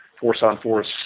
force-on-force